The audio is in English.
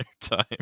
time